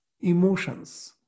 emotions